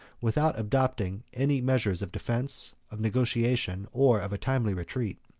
without adopting any measures of defence, of negotiation, or of a timely retreat.